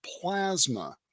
plasma